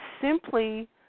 simply